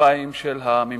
הכתפיים של הממשלה.